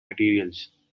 materials